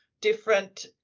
different